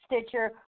Stitcher